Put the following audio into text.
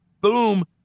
boom